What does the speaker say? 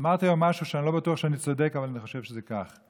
אמרתי היום משהו שאני לא בטוח שאני צודק בו אבל אני חושב שזה כך: